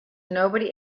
nobody